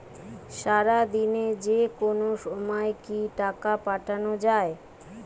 সারাদিনে যেকোনো সময় কি টাকা পাঠানো য়ায়?